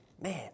man